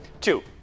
Two